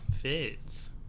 fits